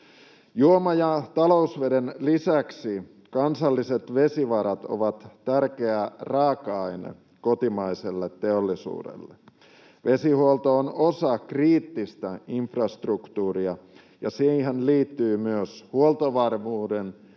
Juoma‑ ja talousveden lisäksi kansalliset vesivarat ovat tärkeä raaka-aine kotimaiselle teollisuudelle. Vesihuolto on osa kriittistä infrastruktuuria, ja siihen liittyy myös huoltovarmuuden